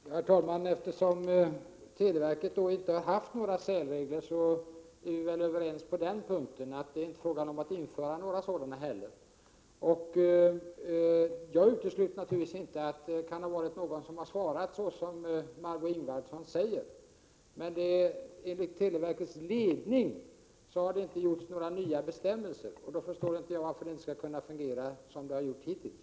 Herr talman! Eftersom televerket inte har haft några särregler är vi väl överens i så måtto att det inte heller är fråga om att införa några sådana. Jag utesluter naturligtvis inte att någon kan ha svarat så som Marg6é Ingvardsson säger, men enligt televerkets ledning har inga nya bestämmelser utfärdats. Under sådana förhållanden förstår jag inte varför det inte skall kunna fungera på det sätt som det har gjort hittills.